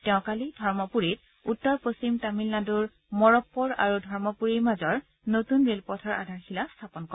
তেওঁ কালি ধৰ্মপূৰীত উত্তৰ পশ্চিম তামিলনাডুৰ মৰপ্পৰ আৰু ধৰ্মপূৰীৰ মাজৰ নতূন ৰেলপথৰ আধাৰশিলা স্থাপন কৰে